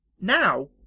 Now